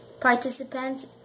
participants